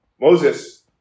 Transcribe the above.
Moses